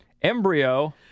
Embryo